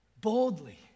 Boldly